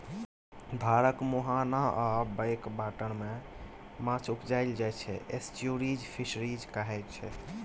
धारक मुहाना आ बैक बाटरमे जे माछ उपजाएल जाइ छै एस्च्युरीज फिशरीज कहाइ छै